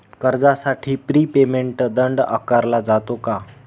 कर्जासाठी prepayment दंड आकारला जातो का?